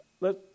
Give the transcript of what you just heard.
Let